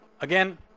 again